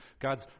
God's